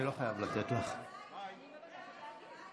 לפי סעיף, מגיעה לך הודעה אישית.